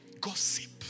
gossip